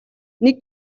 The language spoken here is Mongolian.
нэг